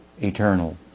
eternal